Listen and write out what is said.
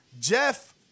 Jeff